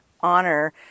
honor